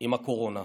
עם הקורונה.